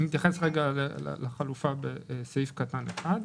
אני מתייחס לחלופה בפסקה (1).